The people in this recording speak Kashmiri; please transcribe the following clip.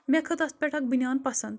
مےٚ کھٔژ تَتھ پٮ۪ٹھ اَکھ بٔنیٛان پَسنٛد